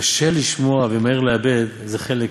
קשה לשמוע ומהיר לאבד, זה חלק רע.